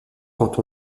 quand